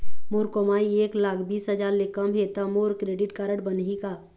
मोर कमाई एक लाख बीस हजार ले कम हे त मोर क्रेडिट कारड बनही का?